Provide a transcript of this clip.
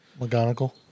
McGonagall